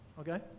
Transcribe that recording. okay